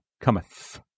cometh